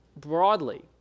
broadly